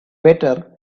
better